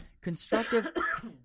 constructive